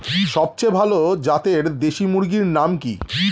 সবচেয়ে ভালো জাতের দেশি মুরগির নাম কি?